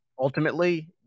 ultimately